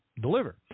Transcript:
deliver